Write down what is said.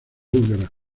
búlgara